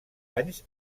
anys